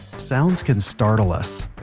sounds can startle us,